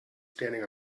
standing